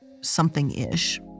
something-ish